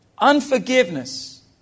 Unforgiveness